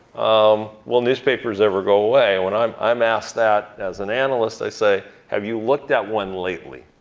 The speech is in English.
um will newspapers ever go away? when i'm i'm asked that as an analyst, i say have you looked at one lately?